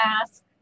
ask